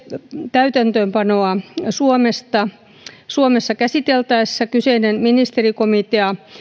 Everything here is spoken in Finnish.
täytäntöönpanoa suomessa käsiteltäessä kyseinen ministerikomitea